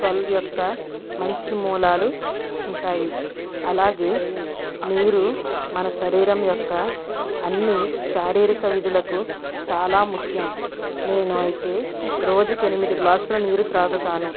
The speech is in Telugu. ట్వల్వ్ యొక్క మంచి మూలాలు ఉంటాయి అలాగే నీరు మన శరీరం యొక్క అన్నీ శారీరక విధులకు చాలా ముఖ్యం నేను అయితే రోజుకు ఎనిమిది గ్లాసుల నీరు త్రాగుతాను